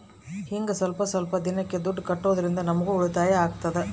ಹಿಂಗ ಸ್ವಲ್ಪ ಸ್ವಲ್ಪ ದಿನಕ್ಕ ದುಡ್ಡು ಕಟ್ಟೋದ್ರಿಂದ ನಮ್ಗೂ ಉಳಿತಾಯ ಆಗ್ತದೆ